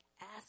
ask